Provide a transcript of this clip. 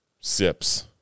sips